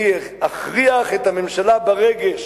אני אכריח את הממשלה ברגש,